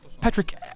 Patrick